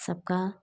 सबका